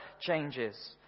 changes